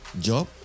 Job